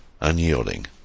unyielding